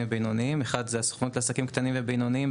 ובינוניים: האחד הוא הסוכנות לעסקים קטנים ובינוניים,